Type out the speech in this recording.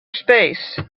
space